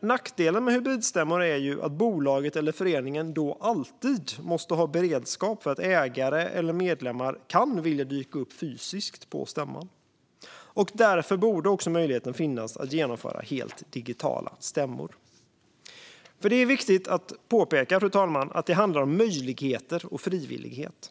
Nackdelen med hybridstämmor är att bolaget eller föreningen då alltid måste ha beredskap för att ägare eller medlemmar kan vilja dyka upp fysiskt på stämman. Därför borde också möjligheten finnas att genomföra helt digitala stämmor. Det är viktigt att påpeka, fru talman, att det handlar om möjligheter och frivillighet.